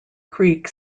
creek